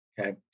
Okay